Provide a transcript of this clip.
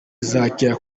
izakira